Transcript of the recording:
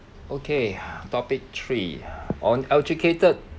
okay topic three on educated